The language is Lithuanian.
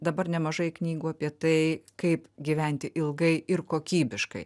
dabar nemažai knygų apie tai kaip gyventi ilgai ir kokybiškai